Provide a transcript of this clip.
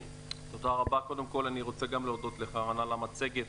קודם כל, אני רוצה גם להודות לך על המצגת.